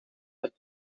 but